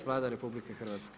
Vlada RH.